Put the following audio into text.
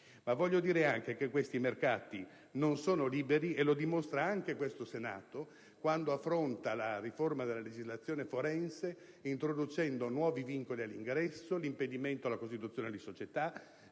Voglio aggiungere che questi mercati non sono liberi e lo dimostra anche il Senato, quando affronta la riforma della legislazione forense, introducendo nuovi vincoli all'ingresso, l'impedimento alla costituzione di società,